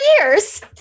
years